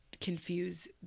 confuse